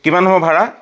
কিমান হ'ব ভাড়া